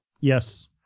yes